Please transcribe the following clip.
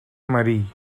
marie